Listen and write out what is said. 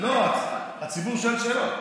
הציבור שואל שאלות.